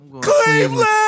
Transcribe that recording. Cleveland